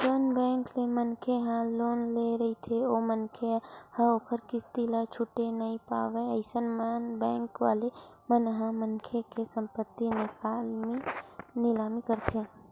जउन बेंक ले मनखे ह लोन ले रहिथे ओ मनखे ह ओखर किस्ती ल छूटे नइ पावय अइसन म बेंक वाले मन ह मनखे के संपत्ति निलामी करथे